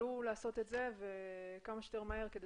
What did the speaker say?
שישקלו לעשות את זה וכמה שיותר מהר כדי